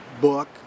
book